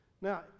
Now